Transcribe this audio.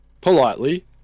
politely